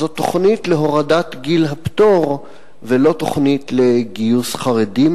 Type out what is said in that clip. זו תוכנית להורדת גיל הפטור ולא תוכנית לגיוס חרדים,